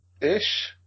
ish